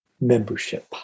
membership